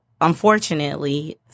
unfortunately